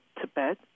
Tibet